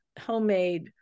homemade